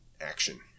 action